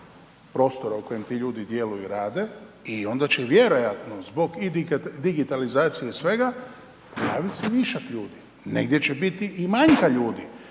prostora u kojem ti ljudi djeluju i rade i onda će vjerojatno zbog i digitalizacije i svega, javi se višak ljudi, negdje će biti i manjka ljudi,